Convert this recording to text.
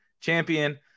champion